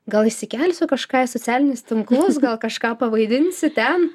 gal įsikelsiu kažką į socialinius tinklus gal kažką pavaidinsiu ten